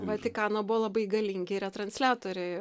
vatikano buvo labai galingi retransliatoriai